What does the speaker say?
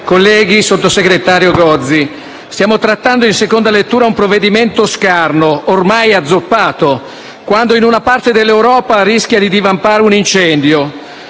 colleghi, sottosegretario Gozi, stiamo trattando in seconda lettura un provvedimento scarno, ormai azzoppato, quando in una parte dell'Europa rischia di divampare un incendio.